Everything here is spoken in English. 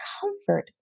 comfort